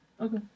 Okay